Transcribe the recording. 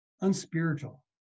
unspiritual